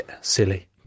silly